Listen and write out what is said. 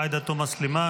עאידה תומא סלימאן,